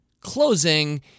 closing